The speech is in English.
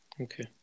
Okay